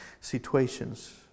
situations